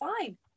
fine